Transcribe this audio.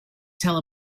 tell